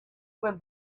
when